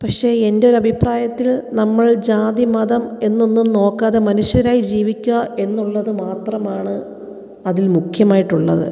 പക്ഷെ എൻ്റെ ഒരു അഭിപ്രായത്തിൽ നമ്മൾ ജാതി മതം എന്നൊന്നും നോക്കാതെ മനുഷ്യരായി ജീവിക്കുക എന്നുള്ളത് മാത്രമാണ് അതിൽ മുഖ്യമായിട്ടുള്ളത്